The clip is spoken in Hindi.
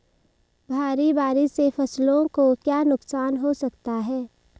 भारी बारिश से फसलों को क्या नुकसान हो सकता है?